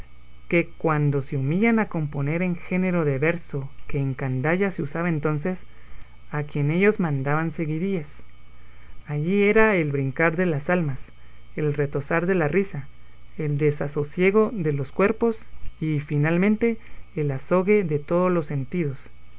qué cuando se humillan a componer un género de verso que en candaya se usaba entonces a quien ellos llamaban seguidillas allí era el brincar de las almas el retozar de la risa el desasosiego de los cuerpos y finalmente el azogue de todos los sentidos